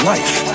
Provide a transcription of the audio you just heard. life